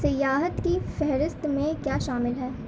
سیاحت کی فہرست میں کیا شامل ہے